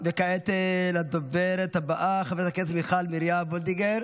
כעת לדוברת הבאה, חברת הכנסת מיכל מרים וולדיגר.